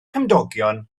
cymdogion